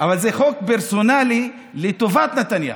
אבל זה חוק פרסונלי לטובת נתניהו.